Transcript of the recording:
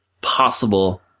possible